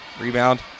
Rebound